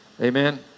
Amen